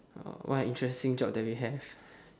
oh what an interesting job that we have